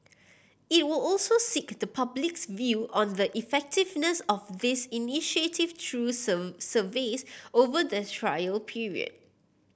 it will also seek the public's view on the effectiveness of this initiative through surveys over the trial period